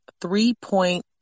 three-point